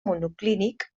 monoclínic